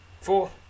Four